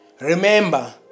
Remember